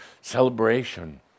celebration